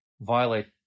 violate